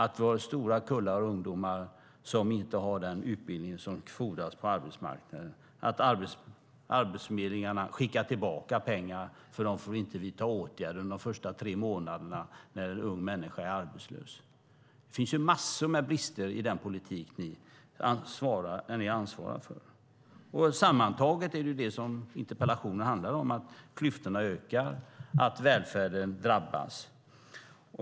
Vi har också stora kullar med ungdomar som inte har den utbildning som fordras på arbetsmarknaden, och arbetsförmedlingarna skickar tillbaka pengar eftersom de inte får vidta åtgärder under de första tre månaderna som en ung människa är arbetslös. Det finns massor av brister i den politik som ni ansvarar för. Det är detta som interpellationen handlar om, nämligen att klyftorna ökar och att välfärden drabbas.